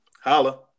holla